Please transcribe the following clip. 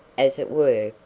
as it were,